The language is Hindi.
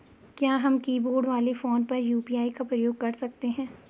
क्या हम कीबोर्ड वाले फोन पर यु.पी.आई का प्रयोग कर सकते हैं?